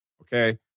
Okay